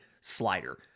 slider